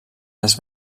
les